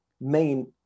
main